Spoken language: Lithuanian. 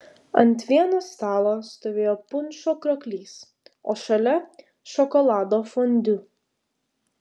ant vieno stalo stovėjo punšo krioklys o šalia šokolado fondiu